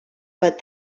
but